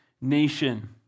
nation